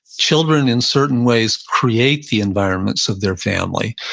children in certain ways create the environments of their family.